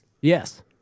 Yes